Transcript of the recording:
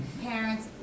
parents